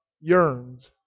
yearns